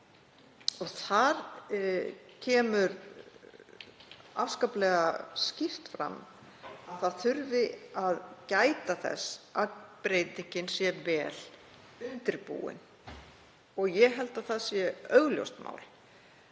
Þar kemur afskaplega skýrt fram að gæta þurfi þess að breytingin sé vel undirbúin. Ég held að það sé augljóst mál